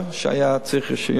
שהיה צריך רשיון.